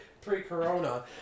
pre-corona